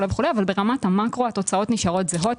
אבל ברמת המקרו הן נשארות זהות.